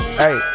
hey